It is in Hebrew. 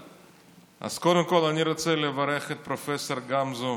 אז קודם כול אני רוצה לברך את פרופ' גמזו